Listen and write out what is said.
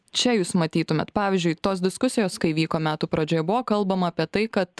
čia jūs matytumėt pavyzdžiui tos diskusijos kai vyko metų pradžioj buvo kalbama apie tai kad